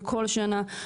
ובכל שנה,